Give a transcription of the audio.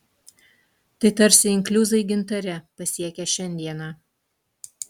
tai tarsi inkliuzai gintare pasiekę šiandieną